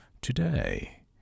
today